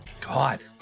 God